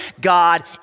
God